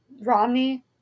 Romney